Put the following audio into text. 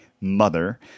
mother –